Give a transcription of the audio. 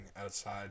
outside